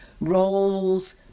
roles